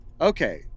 Okay